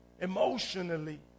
emotionally